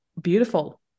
beautiful